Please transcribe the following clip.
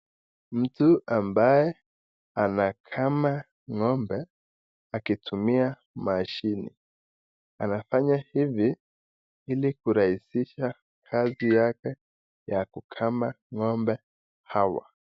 Mtu ambaye anakama ng'ombe akitumia mashine. Anafanya hivi ili kurahisisha kazi yake ya kukama ng'ombe hawa.